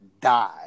die